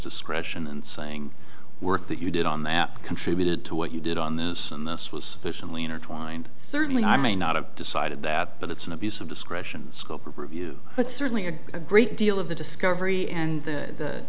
discretion and saying work that you did on that contributed to what you did on this and this was sufficiently intertwined certainly i may not have decided that but it's an abuse of discretion scope of review but certainly a great deal of the discovery and